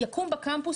יקום בקמפוס,